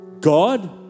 God